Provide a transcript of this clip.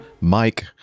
Mike